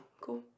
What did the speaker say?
cool